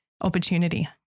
opportunity